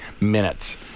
minutes